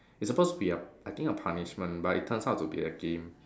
it's supposed to be I think a punishment but it turns out to be a game